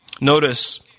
Notice